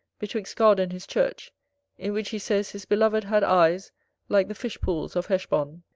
betwixt god and his church in which he says, his beloved had eyes like the fish-pools of heshbon.